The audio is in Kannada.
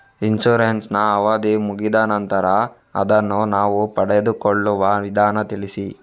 ಇನ್ಸೂರೆನ್ಸ್ ನ ಅವಧಿ ಮುಗಿದ ನಂತರ ಅದನ್ನು ನಾವು ಪಡೆದುಕೊಳ್ಳುವ ವಿಧಾನ ತಿಳಿಸಿ?